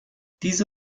diese